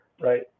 right